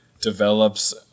develops